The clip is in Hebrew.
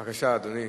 בבקשה, אדוני.